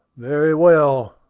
very well,